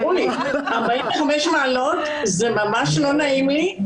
45 מעלות זה ממש לא נעים לי.